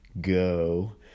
go